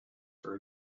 for